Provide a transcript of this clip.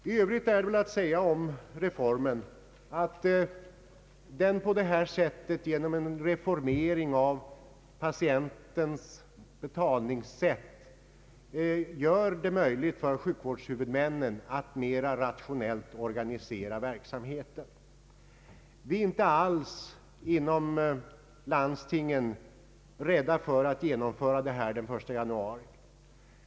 I övrigt är att säga om reformen att den, genom en förändring av patientens betalningssätt, gör det möjligt för sjukvårdshuvudmännen att organisera verksamheten mer rationellt. Vi inom landstingen är inte alls rädda för att genomföra reformen den 1 januari.